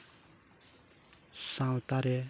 ᱥᱟᱶᱛᱟ ᱨᱮ